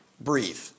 breathe